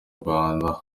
rwanda